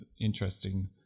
interesting